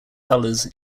colours